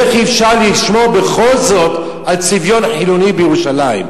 איך אפשר בכל זאת לשמור על צביון חילוני בירושלים?